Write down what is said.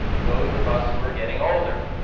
those of us who are getting older.